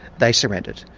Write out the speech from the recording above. they surrendered.